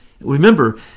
Remember